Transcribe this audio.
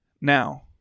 Now